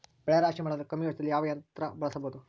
ಬೆಳೆ ರಾಶಿ ಮಾಡಲು ಕಮ್ಮಿ ವೆಚ್ಚದಲ್ಲಿ ಯಾವ ಯಂತ್ರ ಬಳಸಬಹುದು?